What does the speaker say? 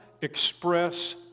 express